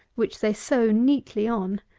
which they sew neatly on.